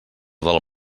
del